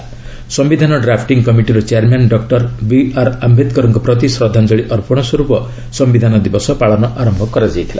ସିୟିଧାନ drafting କମିଟିର chairman doctor B R ଆମ୍ଘେଦକରଙ୍କ ପ୍ରତି ଶ୍ରଦ୍ଧାଞ୍ଜଳୀ ଅର୍ପଣ ସ୍ୱରୂପ ସମ୍ଭିଧାନ ଦିବସ ପାଳନ ଆରମ୍ଭ କରାଯାଇଥିଲା